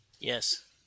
yes